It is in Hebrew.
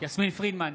יסמין פרידמן,